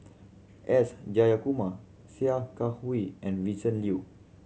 S Jayakumar Sia Kah Hui and Vincent Leow